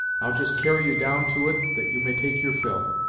i'll just carry you down to it that you may take your fill.